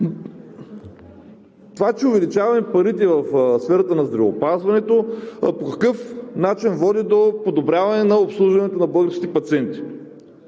Това, че увеличаваме парите в сферата на здравеопазването, по какъв начин води до подобряване на обслужването на българските пациенти?